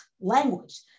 language